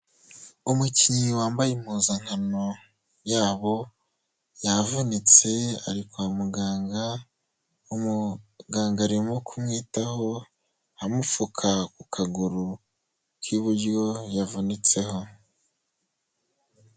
Umukinnyi wambaye impuzankano yabo yavunitse ari kwa muganga, umuganga arimo kumwitaho amupfuka ku kaguru k'iburyo yavunitseho.